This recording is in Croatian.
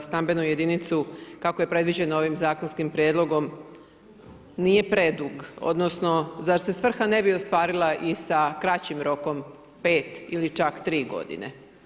stambenu jedinicu kako je predviđeno ovim zakonskim prijedlogom nije predug, odnosno zar se svrha ne bi ostvarila i sa kraćim rokom 5 ili čak 3 godine?